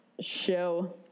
show